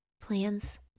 plans